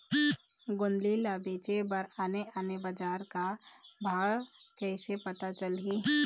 गोंदली ला बेचे बर आने आने बजार का भाव कइसे पता चलही?